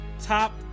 top